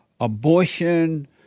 Abortion